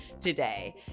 today